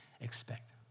expect